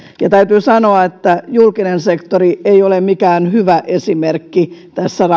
ja täytyy sanoa että julkinen sektori ei ole mikään hyvä esimerkki